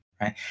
Right